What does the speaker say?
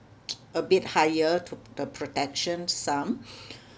a bit higher to the protection sum